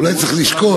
אולי צריך לשקול,